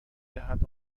دهد